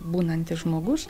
būnantis žmogus